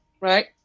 right